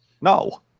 No